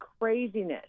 craziness